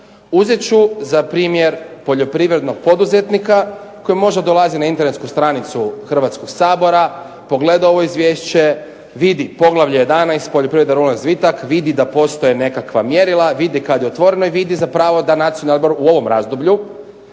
Uzet ću za primjer poljoprivrednog poduzetnika koji možda dolazi na internetsku stranicu Hrvatskog sabora, pogleda ovo izvješće, vidi Poglavlje 11. – Poljoprivreda i ruralni razvitak, vidi da postoje nekakva mjerila, vidi kad je otvoreno i vidi zapravo da Nacionalni odbor u ovom razdoblju